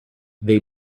they